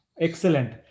Excellent